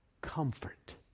Comfort